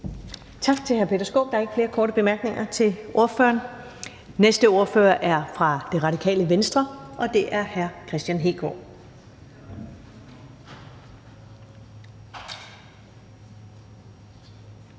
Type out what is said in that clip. Tak til hr. Peter Skaarup. Der er ikke flere korte bemærkninger til ordføreren. Den næste ordfører er fra Det Radikale Venstre, og det er hr. Kristian Hegaard.